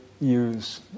use